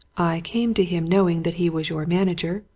i came to him knowing that he was your manager,